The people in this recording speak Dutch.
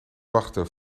wachten